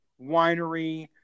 winery